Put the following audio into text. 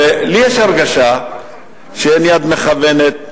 לי יש הרגשה שאין יד מכוונת,